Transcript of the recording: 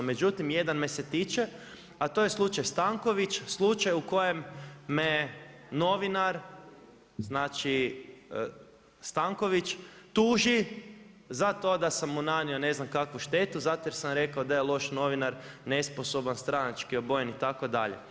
Međutim, jedan me se tiče, a to je slučaj Stanković slučaj u kojem me novinar Stanković tuži za to da sam mu nanio ne znam kakvu štetu zato što sam rekao da je loš novinar, nesposoban, stranački obojen itd.